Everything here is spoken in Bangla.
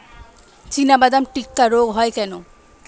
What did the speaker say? চিনাবাদাম টিক্কা রোগ হয় কেন?